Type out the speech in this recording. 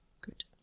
Good